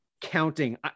counting